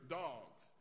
dogs